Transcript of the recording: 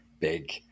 big